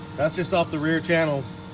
that's just off the rear channels